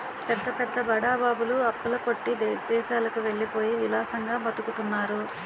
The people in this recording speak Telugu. పెద్ద పెద్ద బడా బాబులు అప్పుల కొట్టి విదేశాలకు వెళ్ళిపోయి విలాసంగా బతుకుతున్నారు